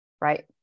Right